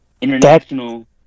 international